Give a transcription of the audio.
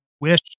wish